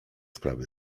sprawy